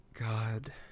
God